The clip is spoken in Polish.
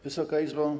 Wysoka Izbo!